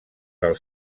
del